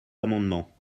amendements